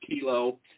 kilo